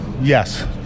Yes